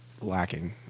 lacking